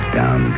down